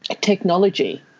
technology